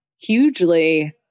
hugely